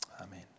amen